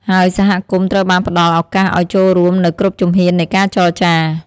ហើយសហគមន៍ត្រូវបានផ្ដល់ឱកាសឲ្យចូលរួមនៅគ្រប់ជំហាននៃការចរចា។